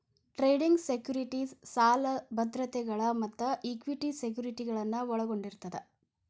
trading securities ಸಾಲ ಭದ್ರತೆಗಳ ಮತ್ತ ಇಕ್ವಿಟಿ ಸೆಕ್ಯುರಿಟಿಗಳನ್ನ ಒಳಗೊಂಡಿರತ್ತ